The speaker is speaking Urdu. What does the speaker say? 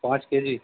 پانچ کے جی